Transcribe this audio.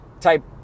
type